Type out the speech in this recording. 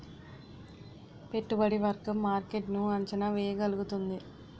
పెట్టుబడి వర్గం మార్కెట్ ను అంచనా వేయగలుగుతుంది